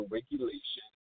Regulation